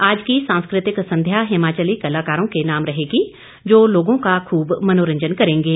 आज की सांस्कृतिक संध्या हिमाचली कलाकारों के नाम रहेगी जो लोगों का खूब मनोरंजन करेंगे